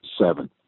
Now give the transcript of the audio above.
seven